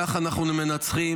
כך אנחנו מנצחים,